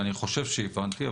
ואני חושב שהבנתי: